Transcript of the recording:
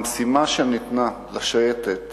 המשימה שניתנה לשייטת